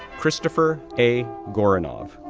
christopher a. goranov,